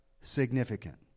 significant